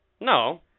No